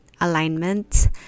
alignment